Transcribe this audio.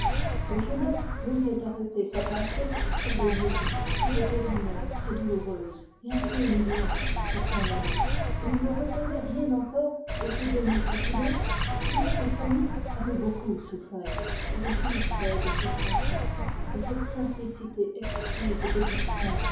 le jeune homme n'osait arrêter sa pensée sur l'énigme qu'il devinait très cruelle et un peu humiliante pour son amie et il ne retenait rien encore de ces demi confidences sinon que fanny avait souffert elle jouissait de cette confiance de cette simplicité exquise